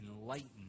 enlightened